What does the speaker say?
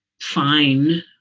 fine